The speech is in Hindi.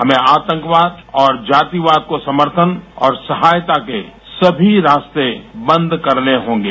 हमें आतंकवाद और जातिवाद को समर्थन और सहायता के सभी रास्ते बंद करने होंगे